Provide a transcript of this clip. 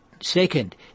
Second